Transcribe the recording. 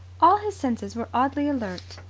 all his senses were oddly alert.